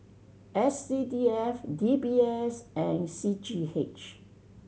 S C D F D B S and C G H